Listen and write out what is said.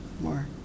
more